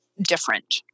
different